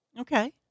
Okay